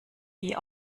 wie